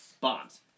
Bombs